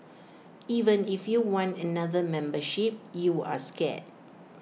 even if you want another membership you're scared